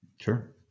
Sure